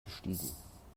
gestiegen